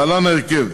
להלן ההרכב: